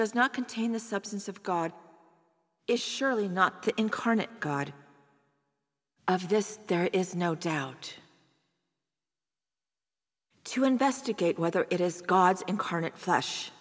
does not contain the substance of god is surely not the incarnate god of this there is no doubt to investigate whether it is god's incarnate flesh